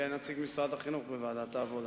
יהיה נציג משרד החינוך בוועדת העבודה.